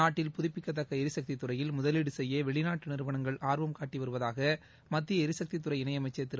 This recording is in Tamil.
நாட்டில் புதப்பிக்கத்தக்க எரிக்தி துறையில் முதலீடு செய்ய வெளிநாட்டு நிறுவனங்கள் ஆர்வம் காட்டி வருவதாக மத்திய எரிசக்திதுறை இணையமம்சர் திரு